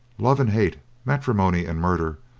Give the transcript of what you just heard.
love and hate, matrimony and murder,